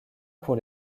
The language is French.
pour